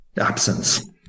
absence